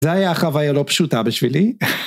זה היה חוויה לא פשוטה בשבילי,